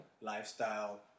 lifestyle